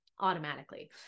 automatically